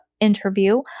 interview